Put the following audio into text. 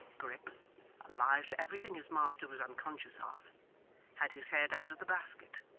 grip alive to everything his master was unconscious of had his head out of the basket,